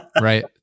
right